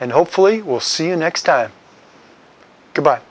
and hopefully will see you next time good by